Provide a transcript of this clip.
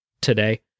today